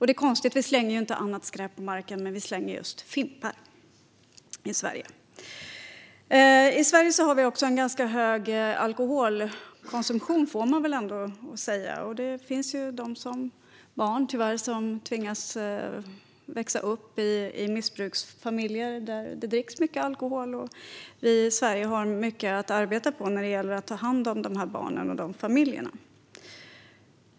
Det är konstigt - vi slänger inte annat skräp på marken, men vi slänger just fimpar i Sverige. I Sverige har vi en ganska hög alkoholkonsumtion, får man väl ändå säga. Det finns tyvärr barn som tvingas växa upp i missbruksfamiljer där det dricks mycket alkohol. Vi i Sverige har mycket att arbeta på när det gäller att ta hand om dessa barn och dessa familjer.